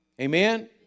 Amen